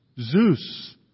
Zeus